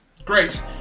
great